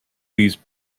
these